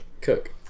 cook